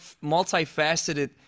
multi-faceted